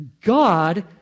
God